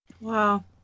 Wow